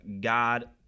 God